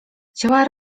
chciała